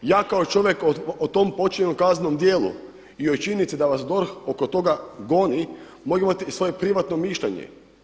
Ja kao čovjek o tom počinjenom kaznenom djelu i o činjenici da vas DORH oko toga goni mogu imati svoje privatno mišljenje.